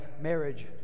marriage